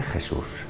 Jesús